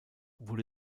wurde